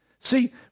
See